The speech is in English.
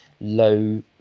low